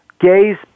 gays